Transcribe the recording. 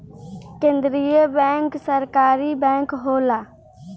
केंद्रीय बैंक सरकारी बैंक होला